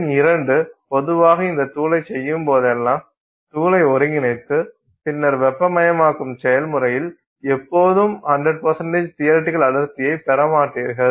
எண் 2 பொதுவாக இந்த தூளைச் செய்யும்போதெல்லாம் தூளை ஒருங்கிணைத்து பின்னர் வெப்பமயமாக்கும் செயல்முறையில் எப்போதும் 100 தியரட்டிகள் அடர்த்தியை பெற மாட்டீர்கள்